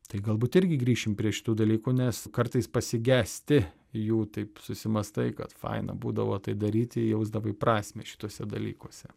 tai galbūt irgi grįšim prie šitų dalykų nes kartais pasigesti jau taip susimąstai kad faina būdavo tai daryti jausdavai prasmę šiuose dalykuose